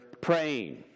praying